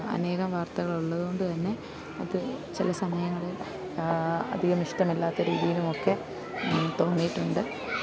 അനേകം വാർത്തകൾ ഉള്ളത് കൊണ്ട് തന്നെ അത് ചില സമയങ്ങളിൽ അധികം നഷ്ടമില്ലാത്ത രീതിയിലുമൊക്കെ തോന്നിയിട്ടുണ്ട്